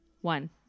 One